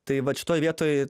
tai vat šitoj vietoj